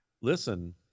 Listen